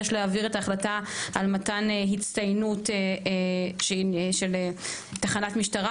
יש להעביר את ההחלטה על מתן הצטיינות של תחנת משטרה,